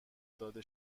داده